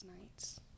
nights